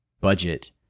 budget